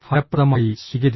ഫലപ്രദമായി സ്വീകരിച്ചു